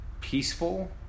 peaceful